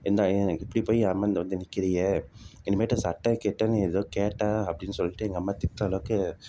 ஏன்டா ஏன் இப்படி போய் ஏமாந்து வந்து நிக்கிறாயே இனிமேட்டு சட்டை கிட்டைனு எதும் கேட்ட அப்படின்னு சொல்லிட்டு எங்கள் அம்மா திட்டுற அளவுக்கு